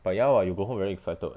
but ya what you go home very excited [what]